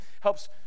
helps